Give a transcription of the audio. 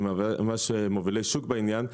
מובילי שוק בעניין,